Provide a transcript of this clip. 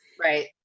Right